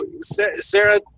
Sarah